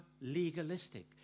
legalistic